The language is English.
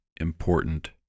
important